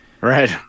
Right